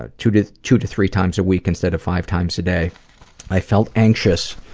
ah two to two to three times a week, instead of five times a day i felt anxious